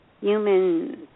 human